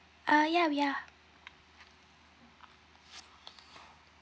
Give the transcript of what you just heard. uh ya we are